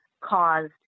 caused